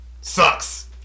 sucks